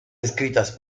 escritas